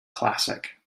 classic